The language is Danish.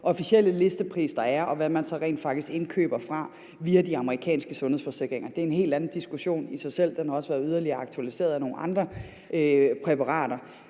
officielle listepris, der er der, med hvad man så rent faktisk indkøber fra via de amerikanske sundhedsforsikringer. Det er i sig selv en helt anden diskussion, og den har også været yderligere aktualiseret af nogle andre præparater.